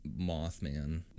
Mothman